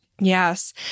Yes